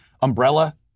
umbrella